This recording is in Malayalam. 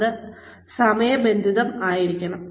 അത് സമയബന്ധിതമായിരിക്കണം